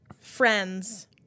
Friends